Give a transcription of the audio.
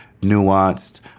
nuanced